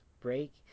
break